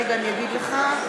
רגע, אני אגיד לך.